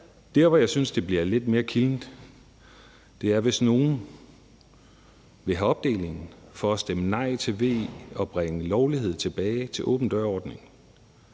Der, hvor jeg synes, det bliver lidt mere kildent, er, hvis nogen vil have opdelingen for at stemme nej til at bringe lovligheden tilbage i åben dør-ordningen